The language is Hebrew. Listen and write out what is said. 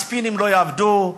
הספינים לא יעבדו.